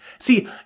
See